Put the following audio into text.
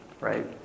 right